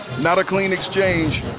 not a clean exchange.